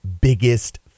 biggest